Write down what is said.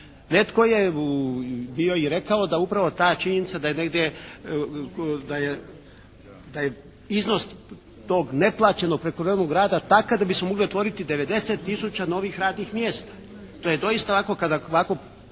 Netko je bio i rekao da upravo ta činjenica da je negdje, da je iznos tog neplaćenog prekovremenog rada takav da bismo mogli otvoriti 90 tisuća novih radnih mjesta. To je doista ovako kada ovako